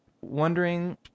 wondering